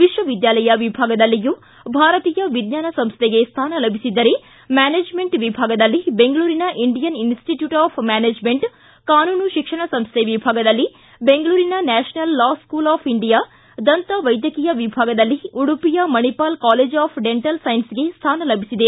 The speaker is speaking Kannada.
ವಿಶ್ವ ವಿದ್ಯಾಲಯ ವಿಭಾಗದಲ್ಲಿಯೂ ಭಾರತೀಯ ವಿಜ್ವಾನ ಸಂಸ್ಥೆಗೆ ಸ್ಟಾನ ಲಭಿಸಿದ್ದರೆ ಮ್ಹಾನೆಜ್ಮೆಂಟ್ ವಿಭಾಗದಲ್ಲಿ ಬೆಂಗಳೂರಿನ ಇಂಡಿಯನ್ ಇನಸ್ಟಿಟ್ಯೂಟ್ ಆಫ್ ಮ್ಯಾನೆಜ್ಮೆಂಟ್ ಕಾನೂನು ಶಿಕ್ಷಣ ಸಂಸ್ಥೆ ವಿಭಾಗದಲ್ಲಿ ಬೆಂಗಳೂರಿನ national law school of India ದಂತ ವೈದ್ಯಕೀಯ ವಿಭಾಗದಲ್ಲಿ ಉಡುಪಿಯ ಮಣಿಪಾಲ್ ಕಾಲೇಜ್ ಆಫ್ ಡೆಂಟಲ್ ಸೈನ್ಸ್ಗೆ ಸ್ವಾನ ಲಭಿಸಿದೆ